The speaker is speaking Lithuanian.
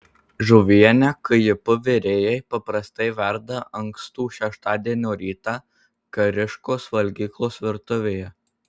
žuvienę kjp virėjai paprastai verda ankstų šeštadienio rytą kariškos valgyklos virtuvėje